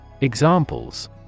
Examples